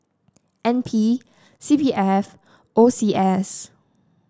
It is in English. N P C P F O C S